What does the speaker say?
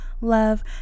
love